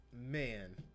man